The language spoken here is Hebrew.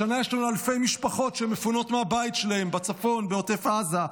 השנה יש לנו אלפי משפחות שמפונות מהבית שלהם בצפון ובעוטף עזה,